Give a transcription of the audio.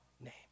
name